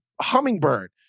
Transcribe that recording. hummingbird